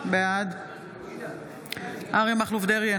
בעד אריה מכלוף דרעי,